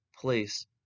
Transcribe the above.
place